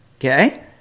Okay